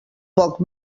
poc